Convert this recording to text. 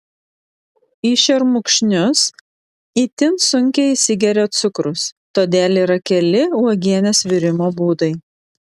į šermukšnius itin sunkiai įsigeria cukrus todėl yra keli uogienės virimo būdai